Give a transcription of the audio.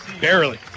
barely